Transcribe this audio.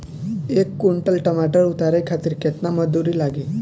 एक कुंटल टमाटर उतारे खातिर केतना मजदूरी लागी?